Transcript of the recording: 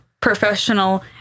professional